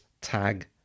tag